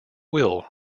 will